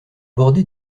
bordé